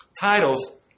titles